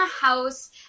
house